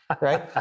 Right